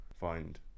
find